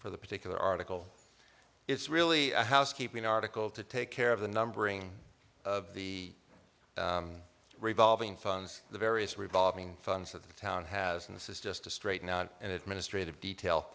for the particular article it's really a housekeeping article to take care of the numbering of the revolving funds the various revolving funds that the town has and this is just to straighten out an administrative detail